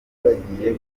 bagiye